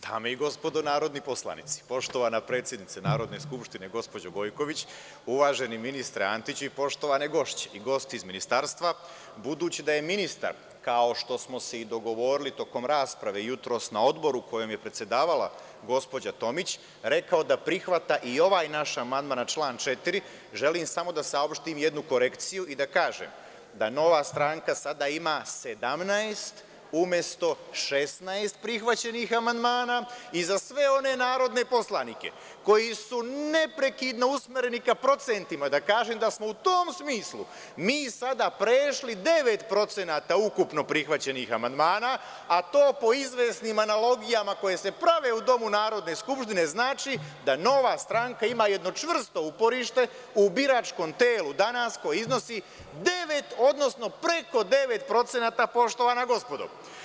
Dame i gospodo narodni poslanici, poštovana predsednice Narodne skupštine gospođo Gojković, uvaženi ministre Antiću i poštovane gošće i gosti iz ministarstva, budući da je ministar, kao što smo se i dogovorili i tokom rasprave jutros na odboru kojem je predsedavala gospođa Tomić, rekao da prihvata i ovaj naš amandman na član 4, želim samo da saopštim jednu korekciju i kažem da Nova stranka sada ima 17 umesto 16 prihvaćenih amandmana i za sve one narodne poslanike, koji su neprekidno usmereni ka procentima, da kažem, da smo u tom smislu mi sada prešli 9% ukupno prihvaćenih amandmana, a to po izvesnim analogijama, koje se prave u domu Narodne skupštine, znači da Nova stranka ima jedno čvrsto uporište u biračkom telu danas koje iznosi 9, odnosno preko 9%, poštovana gospodo.